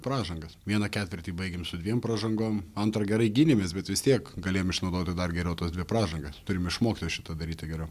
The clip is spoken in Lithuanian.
pražangas vieną ketvirtį baigėm su dviem pražangom antrą gerai gynėmės bet vis tiek galėjom išnaudoti dar geriau tas dvi pražangas turim išmokti šitą daryti geriau